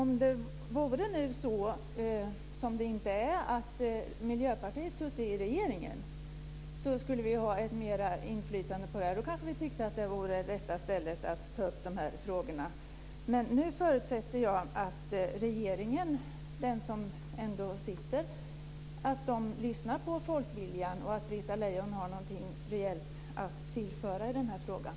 Om det nu vore så att Miljöpartiet satt i regeringen skulle vi ha ett större inflytande på detta. Då kanske vi tyckte att det vore det rätta stället att ta upp de här frågorna. Men nu förutsätter jag att regeringen - den som ändå sitter - lyssnar på folkviljan och att Britta Lejon har något rejält att tillföra i den här frågan.